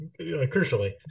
crucially